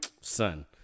son